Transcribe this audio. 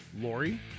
Lori